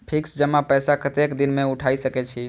Fix जमा पैसा कतेक दिन में उठाई सके छी?